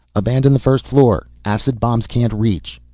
abandon the first floor, acid bombs can't reach.